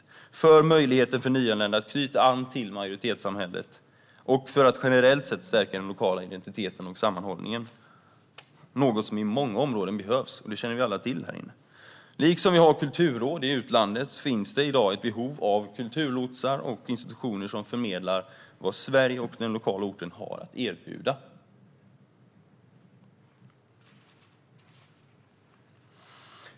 Detta kan ge möjlighet för nyanlända att knyta an till majoritetssamhället och kan generellt sett stärka den lokala identiteten och sammanhållningen, något som behövs i många områden, vilket vi alla här inne känner till. Liksom vi har kulturråd i utlandet finns det i dag ett behov av kulturlotsar och institutioner som förmedlar vad Sverige och den lokala orten har att erbjuda.